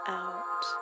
out